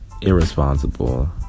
irresponsible